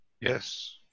yes